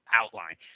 outline